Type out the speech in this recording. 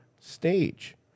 stage